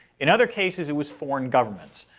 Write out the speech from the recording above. in other cases, it was foreign governments.